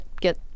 get